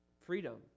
freedom